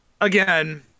Again